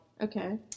Okay